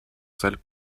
salle